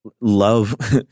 love